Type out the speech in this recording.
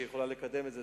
שיכולה לקדם את זה.